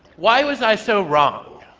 why was i so wrong?